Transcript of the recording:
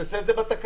תעשה את זה בתקנה,